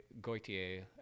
Goitier